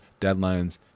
deadlines